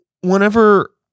whenever